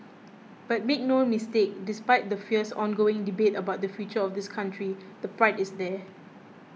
but make no mistake despite the fierce ongoing debate about the future of this country the pride is there